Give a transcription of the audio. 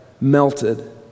melted